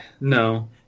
No